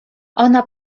ona